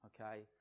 okay